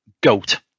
GOAT